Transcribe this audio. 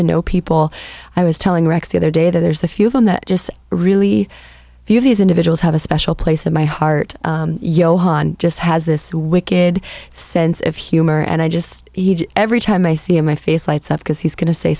to know people i was telling rex the other day that there's a few of them that just really feel these individuals have a special place in my heart johan just has this wicked sense of humor and i just every time i see him my face lights up because he's going to say